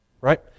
right